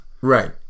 Right